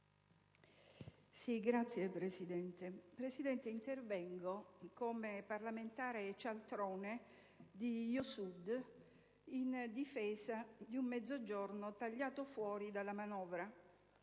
Signora Presidente, intervengo come parlamentare cialtrone di «Io Sud», in difesa di un Mezzogiorno tagliato fuori dalla manovra.